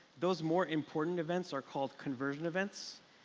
those more important events are called conversion events.